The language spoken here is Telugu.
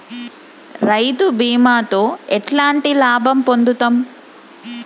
రైతు బీమాతో ఎట్లాంటి లాభం పొందుతం?